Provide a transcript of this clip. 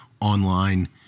online